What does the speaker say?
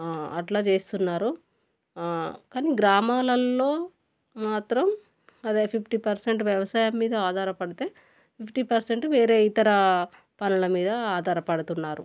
అట్లా చేస్తున్నారు కానీ గ్రామాల్లో మాత్రం అదే ఫిఫ్టీ పర్సెంట్ వ్యవసాయం మీద ఆధారపడితే ఫిఫ్టీ పర్సెంట్ వేరే ఇతర పనుల మీద ఆధారపడుతున్నారు